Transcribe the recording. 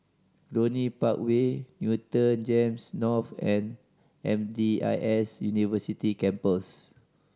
Cluny Park Way Newton GEMS North and M D I S University Campus